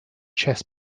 chess